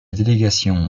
délégation